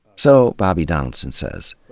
so, bobby donaldson says,